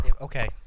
Okay